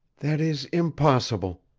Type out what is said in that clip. that is impossible.